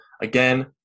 Again